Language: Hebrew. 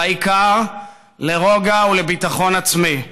והעיקר, לרוגע ולביטחון עצמי.